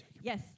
Yes